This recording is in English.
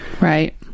Right